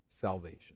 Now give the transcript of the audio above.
salvation